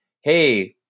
Hey